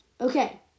Okay